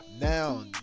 Now